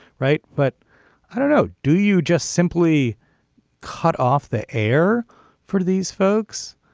right. but i don't know do you just simply cut off the air for these folks.